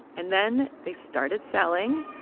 and then they started selling.